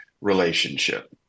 relationship